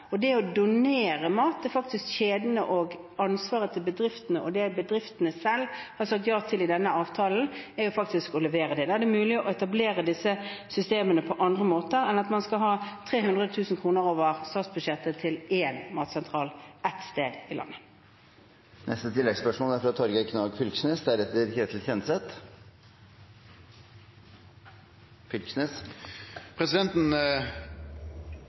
og det å donere mat er faktisk kjedenes og bedriftenes ansvar. Det bedriftene selv har sagt ja til i denne avtalen, er faktisk å levere. Det er mulig å etablere disse systemene på andre måter enn at man skal ha 300 000 kr over statsbudsjettet til én matsentral ett sted i